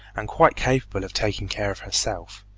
and quite capable of taking care of herself,